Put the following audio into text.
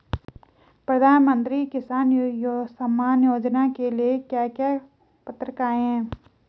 प्रधानमंत्री किसान सम्मान योजना के लिए क्या क्या पात्रताऐं हैं?